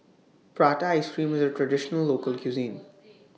Prata Ice Cream IS A Traditional Local Cuisine